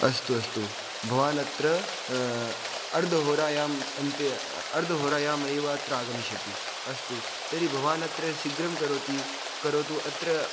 अस्तु अस्तु भवान् अत्र अर्धहोरायाम् अन्ते अर् अर्धहोरायामेव अत्र आगमिष्यति अस्तु तर्हि भवान् अत्र शीघ्रं करति करोतु अत्र